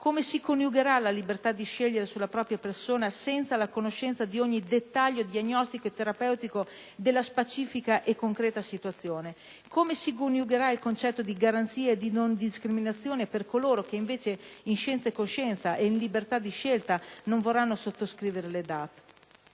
Come si coniugherà la libertà di decidere sulla propria persona, senza la conoscenza di ogni dettaglio diagnostico e terapeutico della specifica e concreta situazione? Come si coniugherà il concetto di garanzia e di non discriminazione per coloro che, per non conoscenza o per scelta, non vorranno sottoscrivere le DAT?